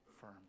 firm